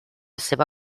seva